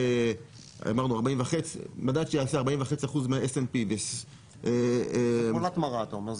אמרנו מדד שיעשה 40.5% מה-s&p --- זו תמונת מראה אתה אומר.